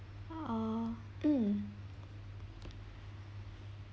ah mm